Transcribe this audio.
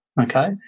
Okay